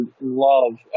love